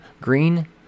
Green